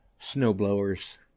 Snowblowers